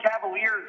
Cavaliers